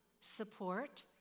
support